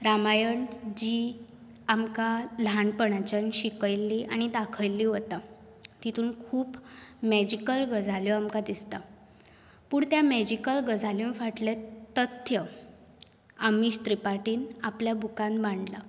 रामायण जी आमकां ल्हानपणा सावन शिकयल्ली आनी दाखयल्ली वता तातूंत खूब मॅजिकल गजाल्यो आमकां दिसता पूण त्या मॅजिकल गजाल्यो फाटलें तथ्य आमीश त्रिपाटीन आपल्या बुकांत मांडलां